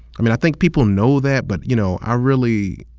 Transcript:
i mean, i think people know that, but you know i really,